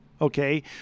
Okay